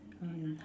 ah ya